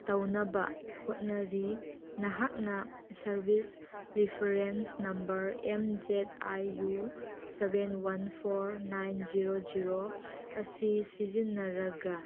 ꯇꯧꯅꯕ ꯍꯣꯠꯅꯔꯤ ꯅꯍꯥꯛꯅ service reference number M Z I U seven one four nine zero zero ꯑꯁꯤ ꯁꯤꯖꯤꯟꯅꯔꯒ